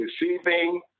receiving